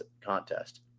contest